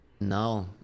No